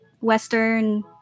western